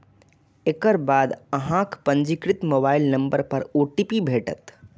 एकर बाद अहांक पंजीकृत मोबाइल नंबर पर ओ.टी.पी भेटत